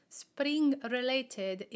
spring-related